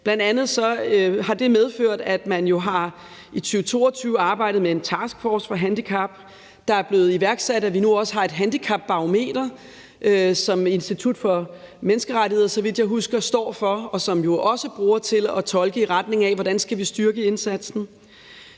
Bl.a. har det medført, at man i 2022 arbejdede med en taskforce på handicapområdet, og det er blevet iværksat, at vi nu også har et handicapbarometer, som Institut for Menneskerettigheder, så vidt jeg husker, står for, og som jo også bruges til at tolke i retning af, hvordan vi skal styrke indsatsen.